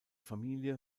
familie